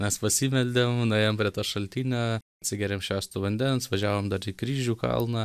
mes pasimeldėm nuėjom prie to šaltinio atsigėrėm švęsto vandens važiavom dar į kryžių kalną